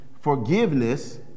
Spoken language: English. forgiveness